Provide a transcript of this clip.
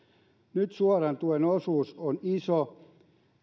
nyt suoran tuen osuus on iso